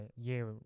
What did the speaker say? year